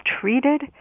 treated